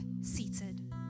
seated